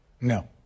No